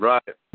Right